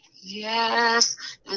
Yes